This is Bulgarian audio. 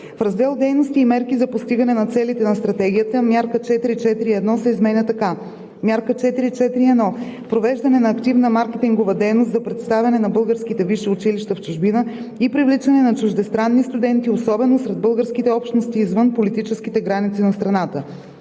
В раздел „Дейности и мерки за постигане на целите на стратегията“ Мярка 4.4.1. се изменя така: „Мярка 4.4.1. Провеждане на активна маркетингова дейност за представяне на българските висши училища в чужбина и привличане на чуждестранни студенти, особено сред българските общности извън политическите граници на страната“.